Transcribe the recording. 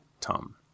Tom